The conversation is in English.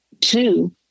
two